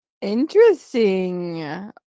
Interesting